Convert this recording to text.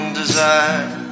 desire